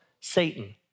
Satan